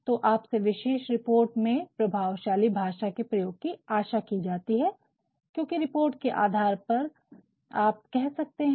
तो आपसे विशेष रिपोर्ट में प्रभावशाली भाषा के प्रयोग कि आशा कि जाती है क्योंकि रिपोर्ट के आधार पर आप कर सकते है